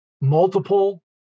multiple